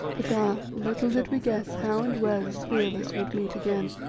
but ah! little did we guess how and where the three of us would meet again.